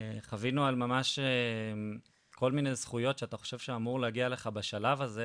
חווינו ממש שעל כל מיני זכויות שאתה חושב שאמורות להגיע לך בשלב הזה,